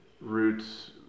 roots